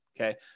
Okay